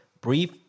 brief